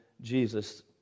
Jesus